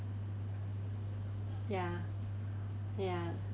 ya ya